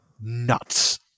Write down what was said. nuts